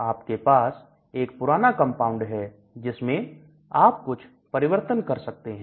आपके पास एक पुराना कंपाउंड है जिसमें आप कुछ परिवर्तन कर सकते हैं